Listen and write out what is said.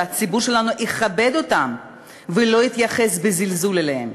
הציבור שלנו יכבד אותם ולא יתייחס בזלזול אליהם,